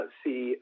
see